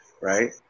right